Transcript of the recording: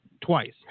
Twice